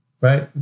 Right